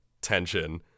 tension